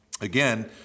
Again